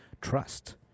trust